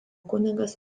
kunigas